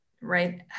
right